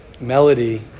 Melody